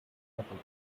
couples